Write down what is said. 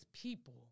people